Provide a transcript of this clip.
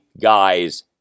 guys